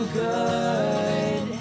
good